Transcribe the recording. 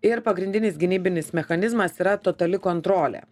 ir pagrindinis gynybinis mechanizmas yra totali kontrolė